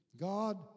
God